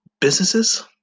businesses